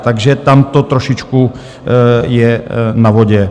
Takže tam to trošičku je na vodě.